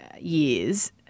years